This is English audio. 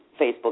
Facebook